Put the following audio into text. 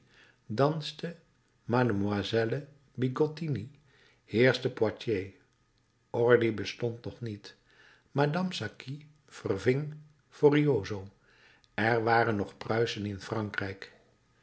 danste melle bigottini heerschte potier odry bestond nog niet madame saqui verving forioso er waren nog pruisen in frankrijk